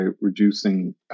reducing